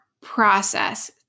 process